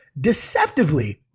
deceptively